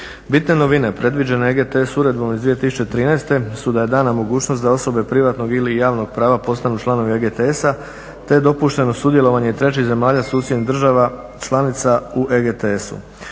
Bitne novine predviđene EGTS uredbom iz 2013. u da je dana mogućnost da osobe privatnog ili javnog prava postanu članovi EGTS-a te je dopušteno sudjelovanje i trećih zemalja susjednih država članica u EGTS-u.